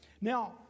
Now